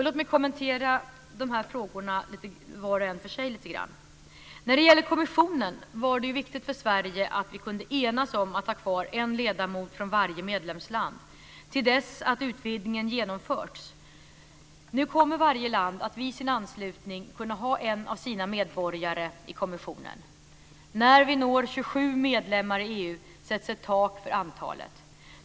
Låt mig kommentera frågorna var och en för sig. När det gäller kommissionen var det viktigt för Sverige att vi kunde enas om att ha kvar en ledamot från varje medlemsland till dess att utvidgningen genomförts. Nu kommer varje land att vid sin anslutning kunna ha en av sina medborgare i kommissionen. När vi når 27 medlemmar i EU sätts ett tak för antalet.